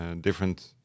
different